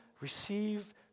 receive